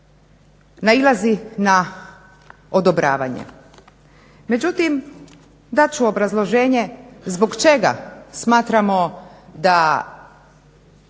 nailazi na odobravanje. Međutim dat ću obrazloženje zbog čega smatramo da